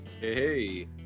Hey